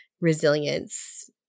resilience